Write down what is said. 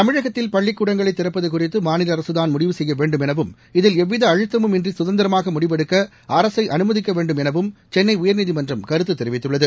தமிழகத்தில் பள்ளிக்கூடங்களை திறப்பது குறித்து மாநில அரசு தான் முடிவு செய்ய வேண்டும் எனவும் இதில் எவ்வித அழுத்தமும் இன்றி சுதந்திரமாக முடிவெடுக்க அரசை அனுமதிக்க வேண்டும் எனவும் சென்னை உயர்நீதிமன்றம் கருத்து தெரிவித்துள்ளது